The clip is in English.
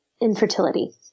infertility